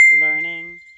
learning